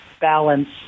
balance